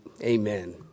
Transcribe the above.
Amen